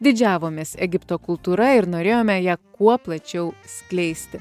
didžiavomės egipto kultūra ir norėjome ją kuo plačiau skleisti